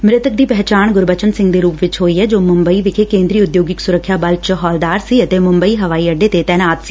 ਮ੍ਰਿਤਕ ਦੀ ਪਹਿਚਾਣ ਗੁਰਬਚਨ ਸਿੰਘ ਦੇ ਰੁਪ ਚ ਹੋਈ ਐ ਜੋ ਮੁੰਬਈ ਵਿਖੇ ਕੇਦਰੀ ਉਦਯੋਗਿਕ ਸੁੱਰਖਿਆ ਬਲ ਚ ਹੋਲਦਾਰ ਸੀ ਅਤੇ ਮੁੰਬਈ ਹਵਾਈ ਅੱਡੇ ਤੇ ਤੈਨਾਤ ਸੀ